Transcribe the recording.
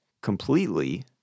completely